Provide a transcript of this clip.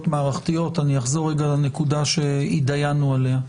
מערכתיות אני אחזור רגע לנקודה שהתדיינו עליה.